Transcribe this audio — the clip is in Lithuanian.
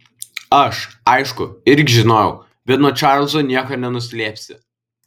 aš aišku irgi žinojau bet nuo čarlzo nieko nenuslėpsi